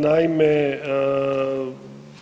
Naime,